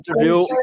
interview